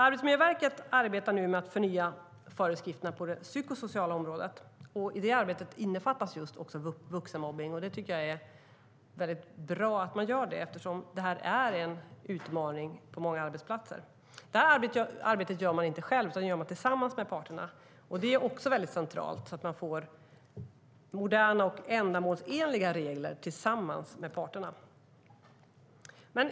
Arbetsmiljöverket arbetar nu med att förnya föreskrifterna på det psykosociala området. I detta arbete innefattas också vuxenmobbning, vilket jag tycker är bra eftersom det är en utmaning på många arbetsplatser. Detta arbete gör man inte själv utan tillsammans med parterna. Det är också mycket centralt, så att man får moderna och ändamålsenliga regler tillsammans med parterna.